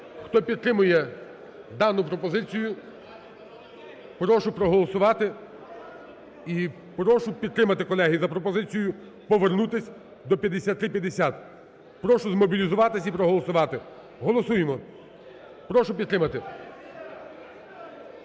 Хто підтримує дану пропозицію, прошу проголосувати і прошу підтримати, колеги, за пропозицію повернутись до 5350. Прошу змобілізуватись і проголосувати. Голосуємо! Прошу підтримати.